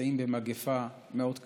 נמצאים במגפה מאוד קשה,